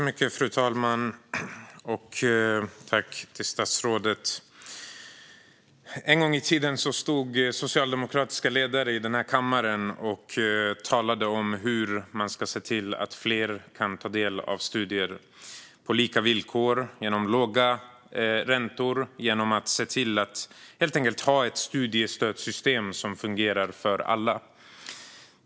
Fru talman! Tack, statsrådet! En gång i tiden stod socialdemokratiska ledare i den här kammaren och talade om hur man skulle se till att fler kunde ta del av studier på lika villkor genom låga räntor, genom att helt enkelt ha ett studiesystem som fungerar för alla.